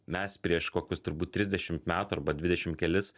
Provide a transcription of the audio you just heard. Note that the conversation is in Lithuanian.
mes prieš kokius turbūt trisdešimt metų arba dvidešimt kelis